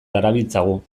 darabiltzagu